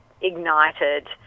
ignited